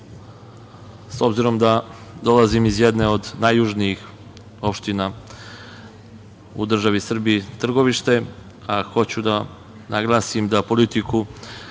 s obzirom da dolazim iz jedne od najjužnijih opština u državi Srbiji, Trgovište, a hoću da naglasim da politiku